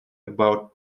about